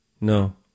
No